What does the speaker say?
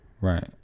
Right